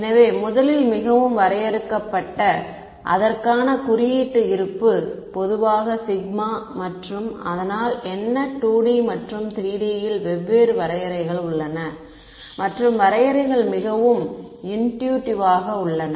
எனவே முதலில் மிகவும் வரையறுக்கப்பட்ட அதற்கான குறியீட்டு இருப்பு பொதுவாக சிக்மா மற்றும் அதனால் என்ன 2D மற்றும் 3D இல் வெவ்வேறு வரையறைகள் உள்ளன மற்றும் வரையறைகள் மிகவும் இன்ட்யூடிவ் ஆக உள்ளன